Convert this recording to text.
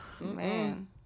Man